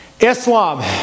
Islam